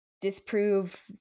disprove